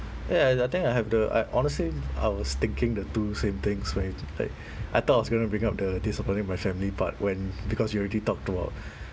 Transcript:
ya I think I have the I honestly I was thinking the two same things right like I thought was going to bring up the disappointing my family part when because you already talked about